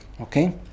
Okay